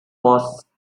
was